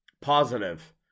Positive